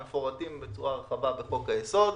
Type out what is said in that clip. והם מפורטים בצורה רחבה בחוק היסוד.